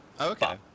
okay